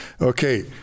Okay